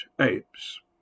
apes